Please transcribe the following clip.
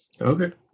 Okay